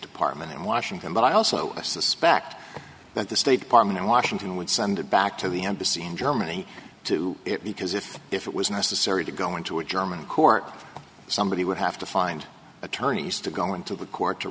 department in washington but i also suspect that the state department in washington would some did back to the embassy in germany too because if it was necessary to go into a german court somebody would have to find attorneys to go into court to